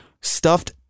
stuffed